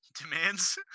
demands